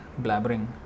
blabbering